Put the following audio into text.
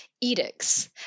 edicts